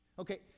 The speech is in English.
okay